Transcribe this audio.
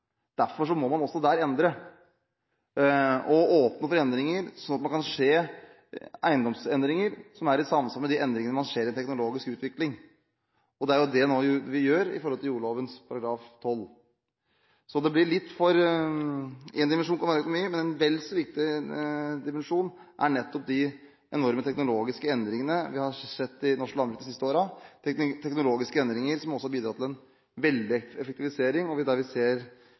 Derfor må man der endre, åpne opp for eiendomsendringer som er i samsvar med de endringer man ser i teknologisk utvikling. Det er det vi nå gjør i jordloven § 12. Det er én dimensjon, men en vel så viktig dimensjon er nettopp de enorme teknologiske endringene vi har sett i norsk landbruk de siste årene, teknologiske endringer som også har bidratt til en veldig effektivisering, der vi nå innenfor melkesektoren nesten ser en revolusjon på grunn av melkeroboten som er på vei inn. I tillegg til den landbrukspolitiske dimensjonen, som er veldig viktig, er det en bosettingspolitisk dimensjon i den endringen vi